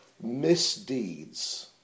misdeeds